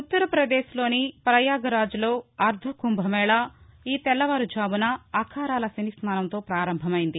ఉత్తర్పదేశ్లోని పయాగ్రాజ్లో అర్దకుంభమేళా ఈ తెల్లవారు ఝామున అఖారాల శని స్నానంతో ప్రారంభమైయింది